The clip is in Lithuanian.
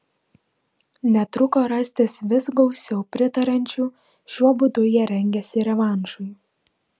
netruko rastis vis gausiau pritariančių šiuo būdu jie rengėsi revanšui